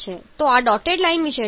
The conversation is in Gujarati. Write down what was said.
તો આ ડોટેડ લાઈન વિશે શું